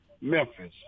Memphis